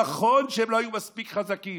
נכון שהם לא היו מספיק חזקים,